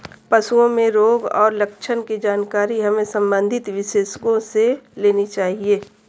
पशुओं में रोग और लक्षण की जानकारी हमें संबंधित विशेषज्ञों से लेनी चाहिए